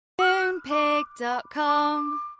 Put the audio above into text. Moonpig.com